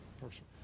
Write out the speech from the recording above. person